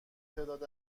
تعداد